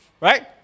right